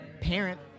parent